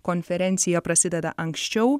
konferencija prasideda anksčiau